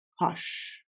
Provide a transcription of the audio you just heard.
hush